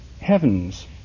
heavens